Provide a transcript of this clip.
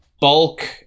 bulk